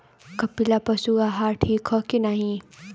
कपिला पशु आहार ठीक ह कि नाही?